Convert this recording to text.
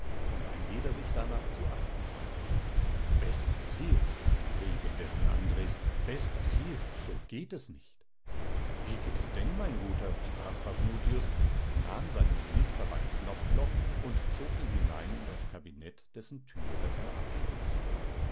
und ein jeder sich darnach zu achten habe bester sire rief indessen andres bester sire so geht es nicht wie geht es denn mein guter sprach paphnutius nahm seinen minister beim knopfloch und zog ihn hinein in das kabinett dessen türe er